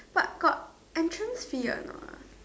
but got entrance fee or not